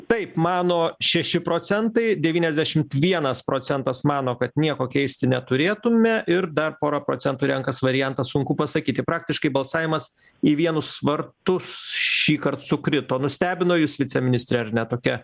taip mano šeši procentai devyniasdešimt vienas procentas mano kad nieko keisti neturėtume ir dar pora procentų renkas variantą sunku pasakyti praktiškai balsavimas į vienus vartus šįkart sukrito nustebino jus viceministrė ar ne tokia